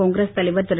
காங்கிரஸ் தலைவர் திரு